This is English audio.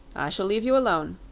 i shall leave you alone.